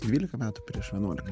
dvyliką metų prieš vienuolika